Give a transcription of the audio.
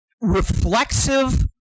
reflexive